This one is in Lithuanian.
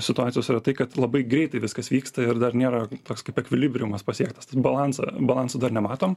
situacijos yra tai kad labai greitai viskas vyksta ir dar nėra toks kaip ekvilibriumas pasiektas tai balansą balanso dar nematom